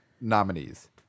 nominees